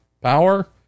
Power